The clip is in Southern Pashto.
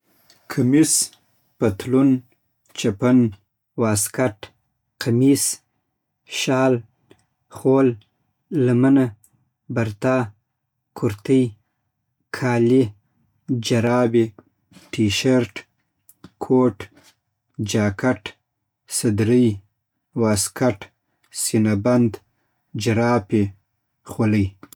کمیس پتلون چپن واسکټ قمیص شال خول لمنه برتا کورتۍ کالي جرابې ټي‌شرت کوټ جاکټ سدری واسکت سینه بند جراپی خولی